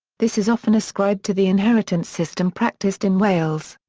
this is often ascribed to the inheritance system practised in wales.